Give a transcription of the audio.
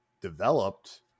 developed